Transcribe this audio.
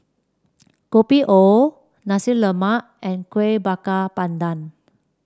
Kopi O Nasi Lemak and Kuih Bakar Pandan